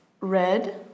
Red